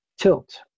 tilt